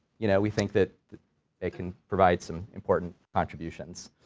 you know, we think that they can provide some important contributions.